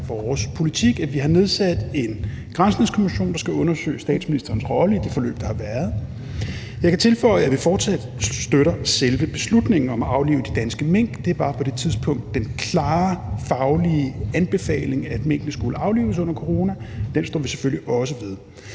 vores politik, altså at vi har nedsat en granskningskommission, der skal undersøge statsministerens rolle i det forløb, der har været. Jeg kan tilføje, at vi fortsat støtter selve beslutningen om at aflive de danske mink, for det var på det tidspunkt den klare faglige anbefaling, at minkene skulle aflives under corona, og den står vi selvfølgelig også ved.